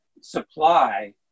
supply